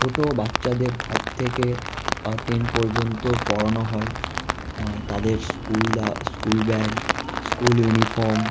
ছোটো বাচ্ছাদের ফাইভ থেকে টেন পর্যন্ত পড়ানো হয় তাদের স্কুল দা স্কুল ব্যাগ স্কুল ইউনিফম